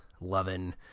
loving